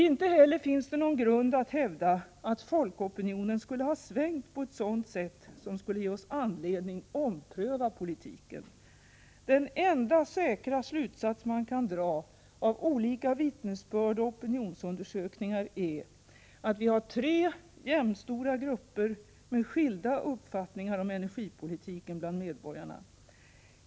Inte heller finns det någon grund för att hävda att folkopinionen skulle ha svängt på ett sådant sätt som skulle ge oss anledning ompröva politiken. Den enda säkra slutsats man kan dra av olika vittnesbörd och opionionsundersökningar är att vi har tre jämnstora grupper med skilda uppfattningar om energipolitiken bland medborgarna.